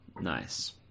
Nice